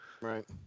Right